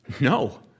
No